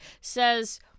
says